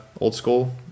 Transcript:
old-school